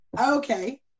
Okay